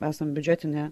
esam biudžetinė